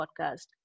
podcast